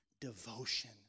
devotion